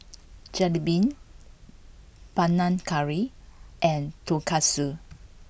Jalebi Panang Curry and Tonkatsu